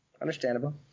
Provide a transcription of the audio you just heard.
Understandable